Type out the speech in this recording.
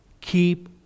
keep